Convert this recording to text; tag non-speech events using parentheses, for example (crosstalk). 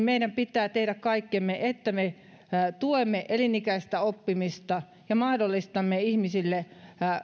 (unintelligible) meidän pitää tehdä kaikkemme että me tuemme elinikäistä oppimista ja mahdollistamme ihmisille